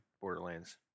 Borderlands